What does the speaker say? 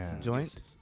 joint